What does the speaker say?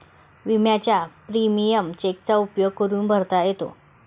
विम्याचा प्रीमियम चेकचा उपयोग करून भरता येतो